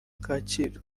kacyiru